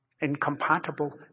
incompatible